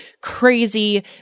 crazy